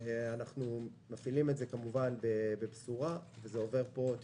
אנחנו מפעילים את זה כמובן במשורה וזה עובר פה את